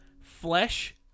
flesh